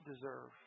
deserve